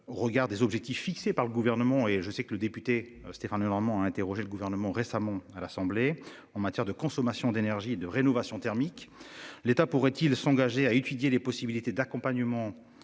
Regard des objectifs fixés par le gouvernement et je sais que le député Stéphane Lenormand a interrogé le gouvernement récemment à l'Assemblée en matière de consommation d'énergie de rénovation thermique. L'État pourrait-il s'engager à étudier les possibilités d'accompagnement